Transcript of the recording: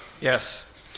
yes